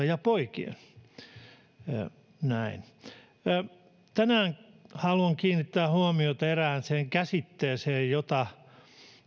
ja poikien näkökulmasta näistä asioista näin tänään haluan kiinnittää huomiota erääseen käsitteeseen jota